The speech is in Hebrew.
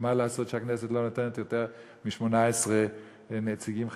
ומה לעשות שהכנסת לא נותנת יותר מ-18 נציגים חרדים?